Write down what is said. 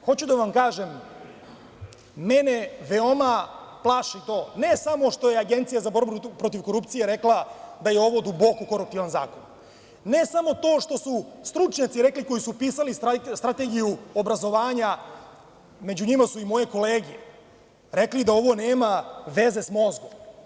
Hoću da vam kažem mene veoma plaši to, ne samo što je Agencija za borbu protiv korupcije rekla da je ovo duboko koruptivan zakon, ne samo to što su stručnjaci rekli, koji su pisali Strategiju obrazovanja, među njima su i moje kolege, rekli da ovo nema veze s mozgom.